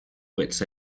wits